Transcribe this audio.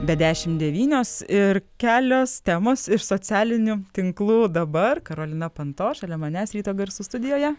be dešimt devynios ir kelios temos iš socialinių tinklų dabar karolina panto šalia manęs ryto garsų studijoje